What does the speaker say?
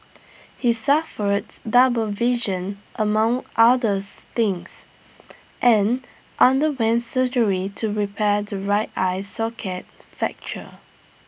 he suffers double vision among others things and underwent surgery to repair the right eye socket fracture